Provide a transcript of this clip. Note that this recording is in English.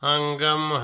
Angam